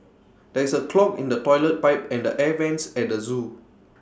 there is A clog in the Toilet Pipe and the air Vents at the Zoo